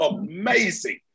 amazing